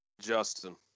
Justin